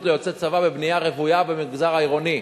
ליוצאי צבא בבנייה רוויה במגזר העירוני,